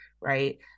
right